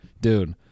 Dude